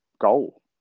goal